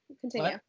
Continue